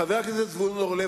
חבר הכנסת זבולון אורלב,